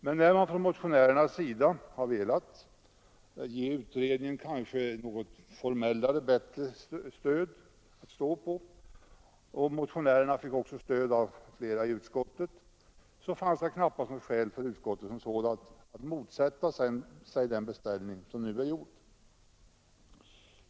Men när man från motionärernas sida har velat ge utredningen en kanske något mera formell grund att stå på, och motionärerna också fick stöd av många ledamöter i utskottet, finns det knappast något skäl för utskottet att motsätta sig den beställning som nu är föreslagen.